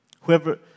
Whoever